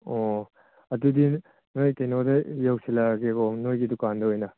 ꯑꯣ ꯑꯗꯨꯗꯤ ꯅꯈꯣꯏ ꯀꯩꯅꯣꯗ ꯌꯧꯁꯤꯜꯂꯛꯂꯒꯦꯀꯣ ꯅꯈꯣꯏꯒꯤ ꯗꯨꯀꯥꯟꯗ ꯑꯣꯏꯅ